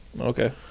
Okay